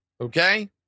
Okay